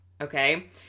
okay